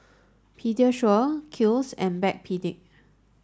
Pediasure Kiehl's and Backpedic